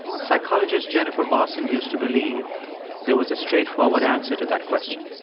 psychologist jennifer bosson used to believe there was a straightforward answer to that question.